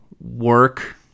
work